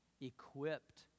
equipped